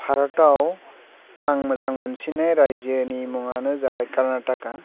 भारताव आं मोजां मोनसिननाय रायजोनि मुङानो जाबाय कर्नाटका